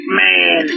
man